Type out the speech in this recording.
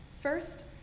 First